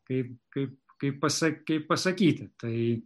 kaip kaip kaip pasak kaip pasakyti tai